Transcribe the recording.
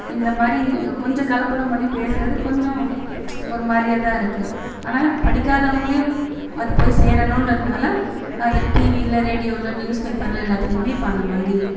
இந்தமாதிரி ஒ கொஞ்சம் கலப்படம் பண்ணி பேசுகிறது கொஞ்சம் ஒருமாதிரியா தான் இருக்குது ஆனால் படிக்காதவங்களையும் அது போய் சேரணுன்றதனால அது டிவியில ரேடியோவில நியூஸ்பேப்பர்ல எல்லாத்திலையுமே இப்போ அந்தமாதிரி